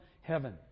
heaven